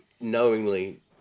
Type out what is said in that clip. knowingly